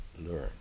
learn